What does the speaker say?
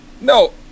no